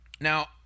Now